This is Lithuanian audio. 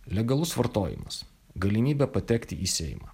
legalus vartojimas galimybė patekti į seimą